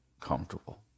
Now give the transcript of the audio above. comfortable